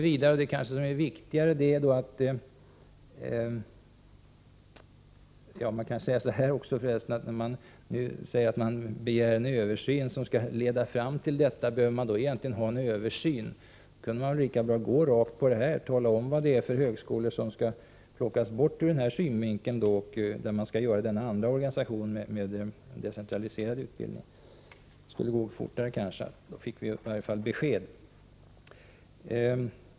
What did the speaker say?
Moderaterna kräver här en översyn, som skall leda fram till en förändring. Man kan då ställa frågan om det egentligen behövs någon översyn. Man kunde lika gärna få gå rakt på sak och tala om vilka högskolor som, ur denna synpunkt, bör plockas bort och omfattas av en annan organisation med decentraliserad utbildning. Det skulle kanske gå fortare än om man gör en översyn.